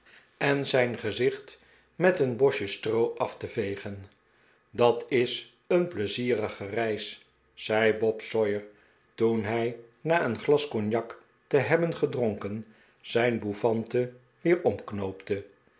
en zijn gezicht met een bosje stroo af te vegen dat is een pleizierige reis zei bob de pickwick club sawyer toen hij na een glas cognac te hebben gedronken zijn bouff ante weer omknoopte